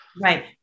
Right